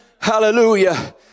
hallelujah